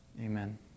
Amen